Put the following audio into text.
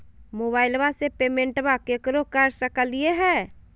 मोबाइलबा से पेमेंटबा केकरो कर सकलिए है?